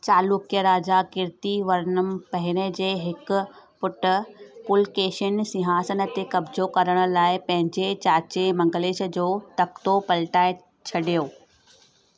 चालुक्य राजा कीर्तिवर्मन पहिरें जे हिकु पुटु पुलकेशिन सिंहासन ते क़ब्जो करण लाए पंहिंजे चाचे मंगलेश जो तख़्तो पलिटाए छॾियो